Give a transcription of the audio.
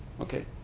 Okay